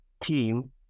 team